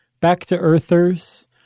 back-to-earthers